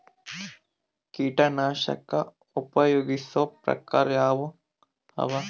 ಕೀಟನಾಶಕ ಉಪಯೋಗಿಸೊ ಪ್ರಕಾರ ಯಾವ ಅವ?